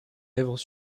lèvres